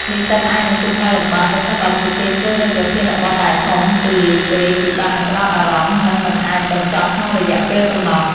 និស្សិតអាចនឹងជួបការលំបាក ប្រសិនបើពួកគេជ្រើសរើសប្រធានបទដែលធំទូលាយពេក ពិបាកនឹងផ្តោតអារម្មណ៍ និងមិនអាចបញ្ចប់ក្នុងរយៈពេលកំណត់។